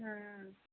ம் ம்